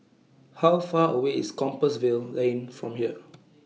How Far away IS Compassvale Lane from here